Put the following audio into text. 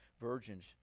virgins